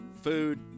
Food